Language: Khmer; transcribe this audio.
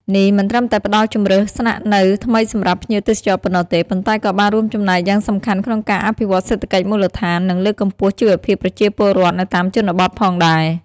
នេះមិនត្រឹមតែផ្តល់ជម្រើសស្នាក់នៅថ្មីសម្រាប់ភ្ញៀវទេសចរប៉ុណ្ណោះទេ ប៉ុន្តែក៏បានរួមចំណែកយ៉ាងសំខាន់ក្នុងការអភិវឌ្ឍសេដ្ឋកិច្ចមូលដ្ឋាន និងលើកកម្ពស់ជីវភាពប្រជាពលរដ្ឋនៅតាមជនបទផងដែរ។